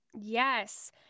Yes